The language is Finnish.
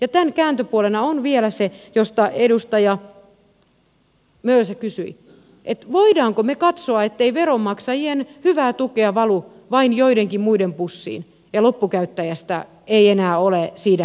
tämän kääntöpuolena on vielä se josta edustaja mölsä kysyi että voimmeko me katsoa ettei veronmaksajien hyvää tukea valu vain joidenkin muiden pussiin ja loppukäyttäjästä ei enää ole siinä hyötyjäksi